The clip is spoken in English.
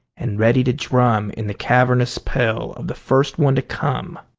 and ready to drum in the cavernous pail of the first one to come!